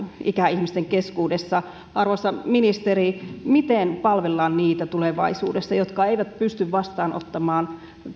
ikäihmisten keskuudessa arvoisa ministeri miten palvellaan tulevaisuudessa niitä jotka eivät pysty vastaanottamaan